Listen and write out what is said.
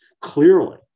Clearly